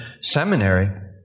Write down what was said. seminary